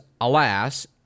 alas